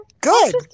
Good